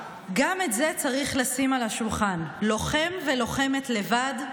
"גם את זה צריך לשים על השולחן: לוחם ולוחמת לבד,